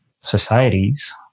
societies